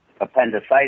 appendicitis